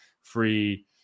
free